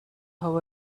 how